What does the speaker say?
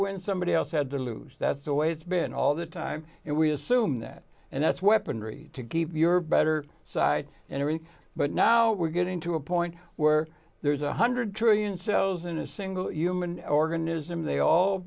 win somebody else had to lose that's the way it's been all the time and we assume that and that's weaponry to keep your better side entering but now we're getting to a point where there's one hundred trillion cells in a single human organism they all